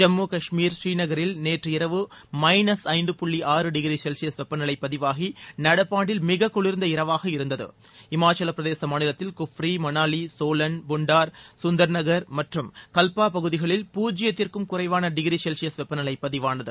ஜம்மு காஷ்மீர் ஸ்ரீநகரில் நேற்று இரவு மைனஸ் ஐந்து புள்ளி ஆறு டிகிரி செல்சியஸ் வெப்பநிலை பதிவாகி நடப்பாண்டில் மிக குளிர்ந்த இரவாக இருந்தது இமாச்சலப்பிரதேச மாநிலத்தில் குஃப்ரி மணாலி சோலன் புன்டார் கந்தர் நகர் மற்றும் கல்பா பகுதிகளில் பூஜ்யத்திற்கும் குறைவான டிகிரி செல்சியஸ் வெப்பநிலை பதிவானது